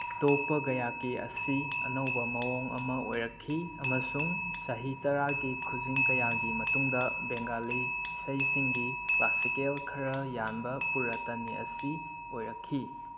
ꯇꯣꯞꯄ ꯒꯌꯥꯀꯤ ꯑꯁꯤ ꯑꯅꯧꯕ ꯃꯑꯣꯡ ꯑꯃ ꯑꯣꯏꯔꯛꯈꯤ ꯑꯃꯁꯨꯡ ꯆꯍꯤ ꯇꯔꯥꯒꯤ ꯈꯨꯖꯤꯡ ꯀꯌꯥꯒꯤ ꯃꯇꯨꯡꯗ ꯕꯦꯡꯒꯥꯂꯤ ꯏꯁꯩꯁꯤꯡꯒꯤ ꯀ꯭ꯂꯥꯁꯤꯀꯦꯜ ꯈꯔ ꯌꯥꯟꯕ ꯄꯨꯔꯇꯅꯤ ꯑꯁꯤ ꯑꯣꯏꯔꯛꯈꯤ